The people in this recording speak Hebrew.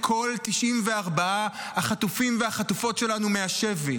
כל 94 החטופים והחטופות שלנו מהשבי.